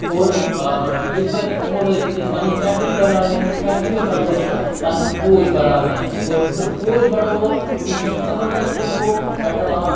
اور یِژ پھِر یِمو لٲگِکھ ییٚتہِ پَنٕنۍ فٮ۪کٹِرٛی بَناونہِ فٮ۪کٹِرحۍ و پَتہٕ لٔگۍ یِم پَننۍ فوج بَناونہِ اور یِژ پھِر فوج بَڑووُکھ کُنوُہ شیٚتھ ژُہٲٹَس منٛز گوٚو بٮ۪ٹٕل آف